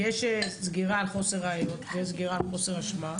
כי יש סגירה על חוסר ראיות ויש סגירה על חוסר אשמה.